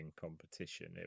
competition